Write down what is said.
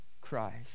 Christ